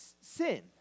sin